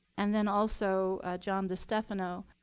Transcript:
and then also john destefano,